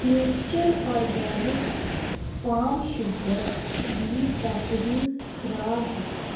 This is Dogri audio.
फ्यूचर ऑर्गेनिक्स पाम शूगर दी पैकेजिंग खराब ही